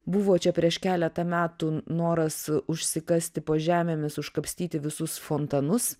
buvo čia prieš keletą metų noras užsikasti po žemėmis užkapstyti visus fontanus